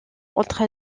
entre